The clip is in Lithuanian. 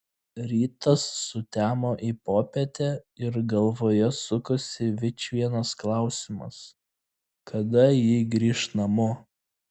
rytas sutemo į popietę ir galvoje sukosi vičvienas klausimas kada ji grįš namo